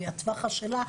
היא הטווח שלה,